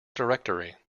directory